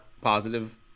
positive